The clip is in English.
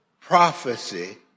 prophecy